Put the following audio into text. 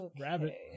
rabbit